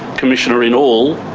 commissioner, in all,